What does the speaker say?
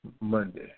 Monday